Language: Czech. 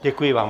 Děkuji vám.